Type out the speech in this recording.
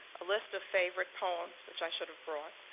a list of favorite poems, which i should've brought,